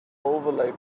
overlay